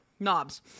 Knobs